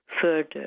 further